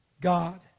God